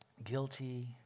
guilty